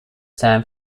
san